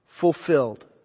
fulfilled